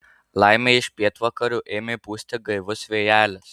laimė iš pietvakarių ėmė pūsti gaivus vėjelis